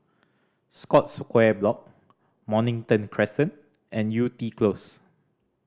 Scotts Square Block Mornington Crescent and Yew Tee Close